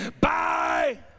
Bye